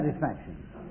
satisfaction